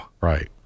Right